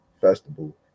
Festival